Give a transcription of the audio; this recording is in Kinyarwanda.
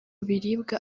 biribwa